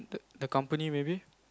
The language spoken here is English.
the company maybe